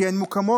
כי הן מוקמות,